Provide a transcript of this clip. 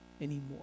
anymore